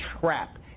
trap